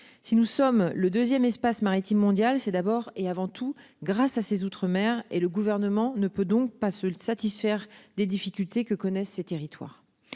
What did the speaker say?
si nous sommes le 2ème espace maritime mondial. C'est d'abord et avant tout grâce à ses outre-mer et le gouvernement ne peut donc pas se satisfaire des difficultés que connaissent les territoires